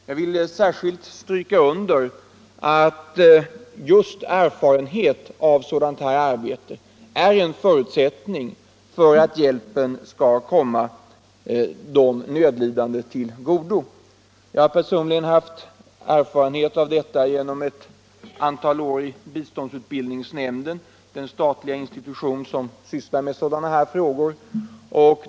Jag vill särskilt stryka under att just erfarenhet av sådant här arbete är en förutsättning för att hjälpen skall komma de nödlidande till godo. Jag har personlig erfarenhet av detta efter ett antal år i biståndsutbildningsnämnden, den statliga institution som sysslar med sådana här frågor.